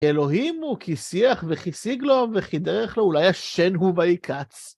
אלוהים הוא כי שיח וכי סיג לו וכי דרך לו, אולי ישן הוא וייקץ.